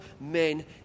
men